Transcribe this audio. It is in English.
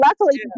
luckily